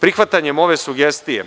Prihvatanjem ove sugestije